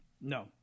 No